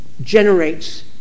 generates